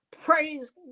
Praise